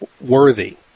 worthy